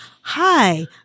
Hi